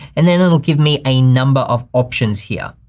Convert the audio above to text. and then it'll give me a number of options here.